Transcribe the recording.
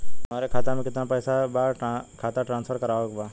हमारे खाता में कितना पैसा बा खाता ट्रांसफर करावे के बा?